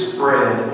bread